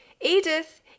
Edith